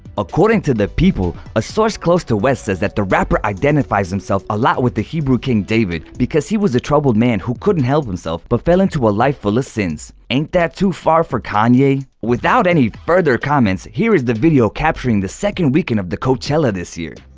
according to the people, a source close to west says that the rapper identifies himself a lot with the hebrew king, david, because he was a troubled man who couldn't help himself but fell into the ah life full of sins. ain't that too far kanye! without any further comments here is the video capturing the second weekend of the coachella this year.